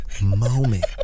moment